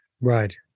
right